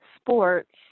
sports